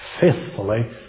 faithfully